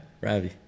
Ravi